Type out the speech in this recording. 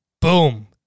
Boom